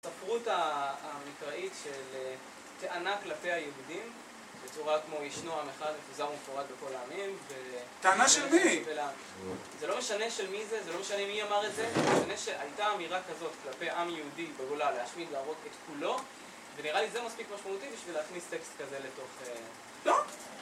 הספרות המקראית של טענה כלפי היהודים, בצורה כמו ישנו עם אחד, מפוזר ומפורד בכל העמים, ו... טענה של מי? זה לא משנה של מי זה, זה לא משנה מי אמר את זה, זה משנה שהייתה אמירה כזאת כלפי עם יהודי בגולה, להשמיד להרוג את כולו, ונראה לי זה מספיק משמעותי בשביל להכניס טקסט כזה לתוך... לא!